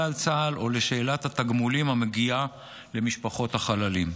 צה"ל או לשאלת התגמולים המגיעים למשפחות החללים.